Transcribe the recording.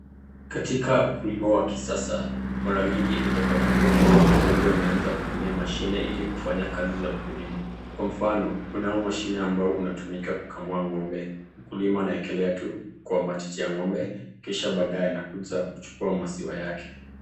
Katika ukulima wa kisasa mara mingi utapata watu wengi wameanza kutumia mashini ili kufanya kazi za ukulima. Kwa mfano kuna huu mashini ambao unatumika kukamua ng'ombe. Mkulima anawekelea tu kwa matiti ya ng'ombe kisha badae anakuja kuchukua maziwa yake.